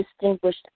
distinguished